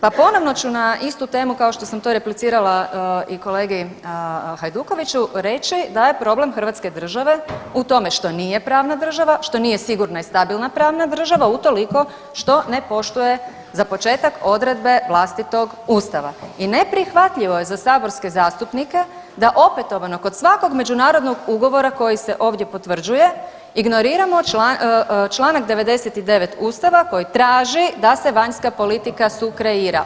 Pa ponovno ću na istu temu, kao što sam to i replicirala i kolegi Hajdukoviću, reću, da je problem hrvatske države u tome što nije pravna država, što nije sigurna i stabilna pravna država utoliko što ne poštuje, za početak, odredbe vlastitog Ustava i neprihvatljivo je za saborske zastupnike da opetovano kod svakog međunarodnog ugovora koji se ovdje potvrđuje ignoriramo čl. 99 Ustava koji traži da se vanjska politika sukreira.